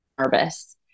nervous